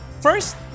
first